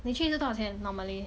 你去是多少钱 normally